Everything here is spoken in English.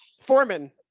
Foreman